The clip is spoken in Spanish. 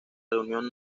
reunión